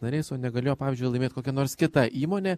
nariais o negalėjo pavyzdžiui laimėt kokia nors kita įmonė